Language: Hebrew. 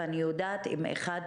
איך הם יכולים להתמודד עם זה?